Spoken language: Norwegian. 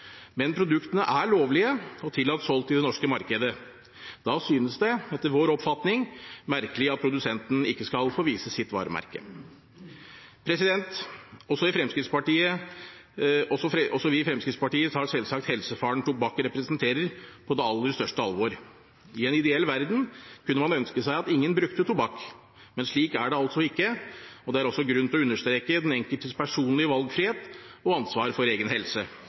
Men produktene er lovlige og tillatt solgt i det norske markedet. Da synes det – etter vår oppfatning – merkelig at produsenten ikke skal få vise sitt varemerke. Også vi i Fremskrittspartiet tar selvsagt helsefaren tobakk representerer, på det aller største alvor. I en ideell verden kunne man ønske seg at ingen brukte tobakk. Men slik er det altså ikke, og det er også grunn til å understreke den enkeltes personlige valgfrihet og ansvar for egen helse.